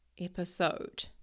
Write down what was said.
episode